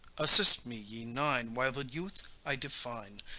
assist me, ye nine, while the youth i define,